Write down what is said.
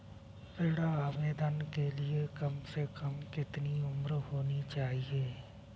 ऋण आवेदन के लिए कम से कम कितनी उम्र होनी चाहिए?